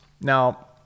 Now